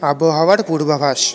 আবহাওয়ার পূর্বাভাস